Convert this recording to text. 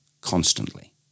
constantly